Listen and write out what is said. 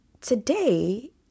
today